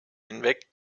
hinweg